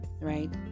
right